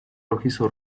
rojizo